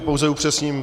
Pouze upřesním.